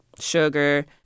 sugar